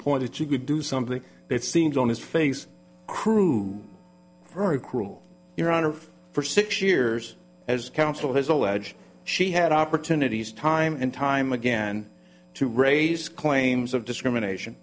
point that you could do something it seems on his face crude very cruel your honor for six years as counsel has alleged she had opportunities time and time again to raise claims of discrimination